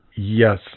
Yes